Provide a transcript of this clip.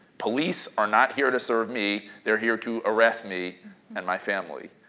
police are not here to serve me, they're here to arrest me and my family.